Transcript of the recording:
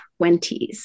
20s